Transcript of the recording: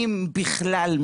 אם בכלל,